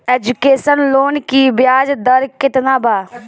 Education loan की ब्याज दर केतना बा?